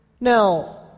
Now